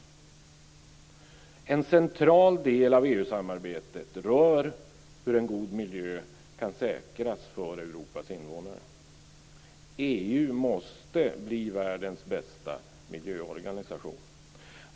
En central del av EU-samarbetet rör hur en god miljö kan säkras för Europas invånare. EU måste bli världens bästa miljöorganisation.